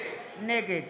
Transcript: נגד